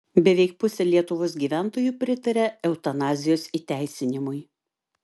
beveik pusė lietuvos gyventojų pritaria eutanazijos įteisinimui